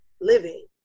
living